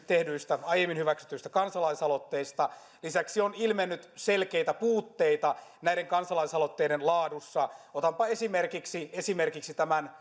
tehdyistä aiemmin hyväksytyistä kansalaisaloitteista lisäksi on ilmennyt selkeitä puutteita näiden kansalaisaloitteiden laadussa otanpa esimerkiksi esimerkiksi tämän